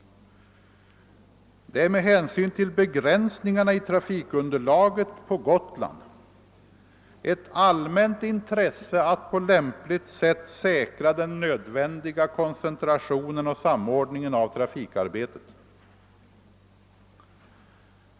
Det är med hänsyn till begränsningarna i trafikunderlaget på Gotland ett allmänt intresse att på lämpligt sätt säkra den nödvändiga koncentrationen och samordningen av trafikarbetet.